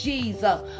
Jesus